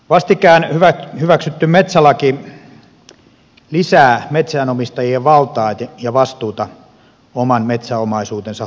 vastikään hyväksytty metsälaki lisää metsänomistajien valtaa ja vastuuta oman metsäomaisuutensa hoidosta